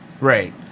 Right